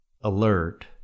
alert